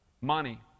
money